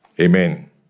Amen